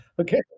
okay